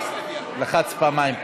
לחץ פעמיים,